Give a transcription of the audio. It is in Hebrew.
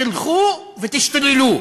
תלכו ותשתוללו.